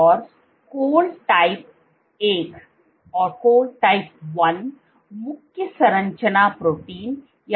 और कोल टाइप 1 मुख्य संरचना प्रोटीन है